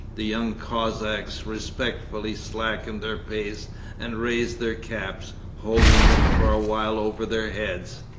the young cossacks respectfully slackened their pace and raised their caps, holding them for a while over their heads.